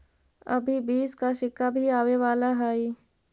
अभी बीस का सिक्का भी आवे वाला हई